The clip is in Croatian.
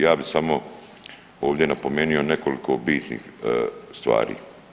Ja bih samo ovdje napomenuo nekoliko bitnih stvari.